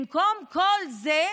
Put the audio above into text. במקום כל זה,